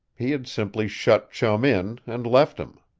he had simply shut chum in and left him.